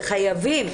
וחייבים